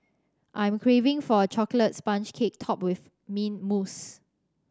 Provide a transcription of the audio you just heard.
I am craving for a chocolate sponge cake topped with mint mousse